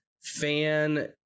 fan